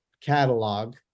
catalog